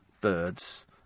Birds